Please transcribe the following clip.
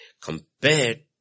Compared